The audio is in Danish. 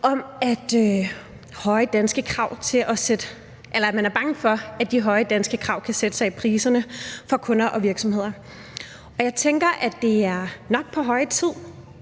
anden side er bange for, at de høje danske krav kan sætte sig i priserne for kunder og virksomheder. Jeg tænker, at det nok er på høje tid,